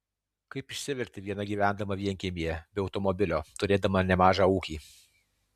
kaip išsiverti viena gyvendama vienkiemyje be automobilio turėdama nemažą ūkį